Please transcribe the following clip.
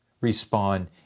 respond